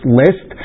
list